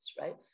right